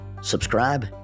subscribe